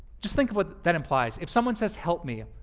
just think what that implies! if someone says, help me,